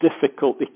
difficult